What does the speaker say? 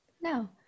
No